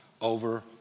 over